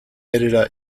editor